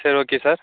சரி okay sir